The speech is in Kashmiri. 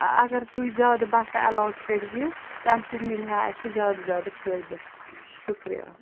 اگر تُہۍ زیادٕ بَسہٕ اٮ۪لاٹ کٔرہِو تَمہِ سۭتۍ مِلہِ ہا اَسہِ زیادٕ زیادٕ فٲیدٕ شُکریہ